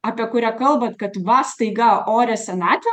apie kurią kalbat kad va staiga orią senatvę